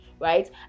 right